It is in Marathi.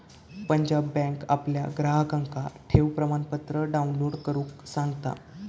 पंजाब बँक आपल्या ग्राहकांका ठेव प्रमाणपत्र डाउनलोड करुक सांगता